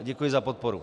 Děkuji za podporu.